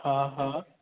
हा हा